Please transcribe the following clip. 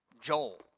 Joel